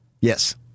Yes